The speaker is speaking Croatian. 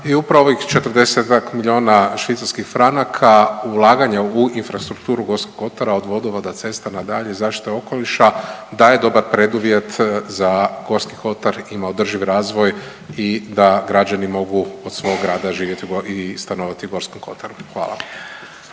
i upravo ovih 40-ak milijuna švicarskih franaka ulaganja u infrastrukturu Gorskog kotara od vodovoda, cesta nadalje zaštite okoliša daje dobar preduvjet za Gorski kotar ima održiv razvoj i da građani mogu od svog rada živjeti i stanovati u Gorskom kotaru. Hvala.